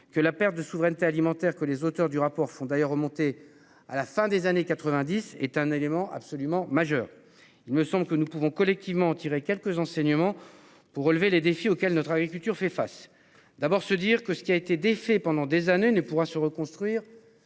que la perte de souveraineté alimentaire que les auteurs du rapport font d'ailleurs remonter à la fin des années 90 est un élément absolument majeur. Il me semble que nous pouvons collectivement tiré quelques enseignements pour relever les défis auxquels notre agriculture fait face. D'abord se dire que ce qui a été défait pendant des années ne pourra se reconstruire.